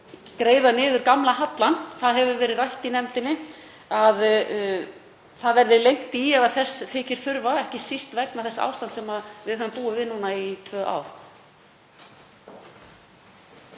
greiða niður gamla hallann. Rætt hefur verið í nefndinni að lengt verði í ef þess þykir þurfa, ekki síst vegna þess ástands sem við höfum búið við í tvö ár.